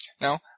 Now